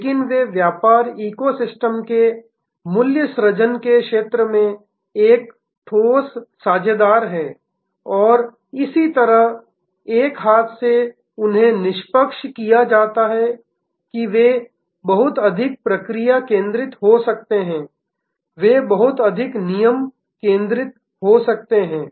लेकिन वे व्यापार इको सिस्टम के मूल्य सृजन के क्षेत्र में एक ठोस साझेदार हैं और इसी तरह एक हाथ से उन्हें निष्पक्ष किया जा सकता है कि वे बहुत अधिक प्रक्रिया केंद्रित हो सकते हैं वे बहुत अधिक नियम केंद्रित हो सकते हैं